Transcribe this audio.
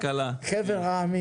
בחל"ת.